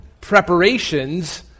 preparations